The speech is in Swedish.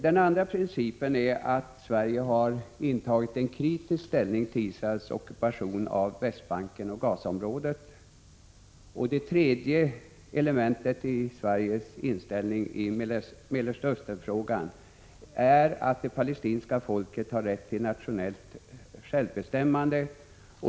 Den andra principen är att Sverige har intagit en kritisk ställning till Israels ockupation av Västbanken och Gazaområdet. Det tredje elementet i Sveriges inställning i Mellersta östern-frågan är att det palestinska folket har rätt till nationellt självbestämmande.